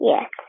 Yes